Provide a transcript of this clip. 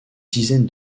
dizaine